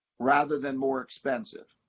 rather than more expensive.